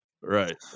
Right